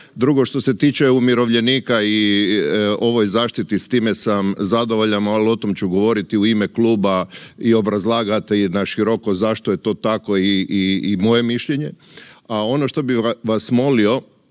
Drugo što se tiče umirovljenika i ovoj zaštiti s time sam zadovoljan, ali o tome ću govoriti u ime kluba i obrazlagati naširoko zašto je to tako i moje mišljenje,